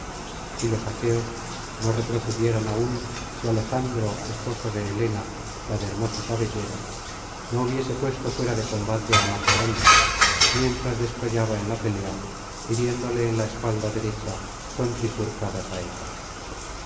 y los aqueos no retrocedieran aún si alejandro esposo de helena la de hermosa cabellera no hubiese puesto fuera de combate á macaón mientras descollaba en la pelea hiriéndole en la espalda derecha con